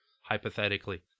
hypothetically